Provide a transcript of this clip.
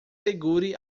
segure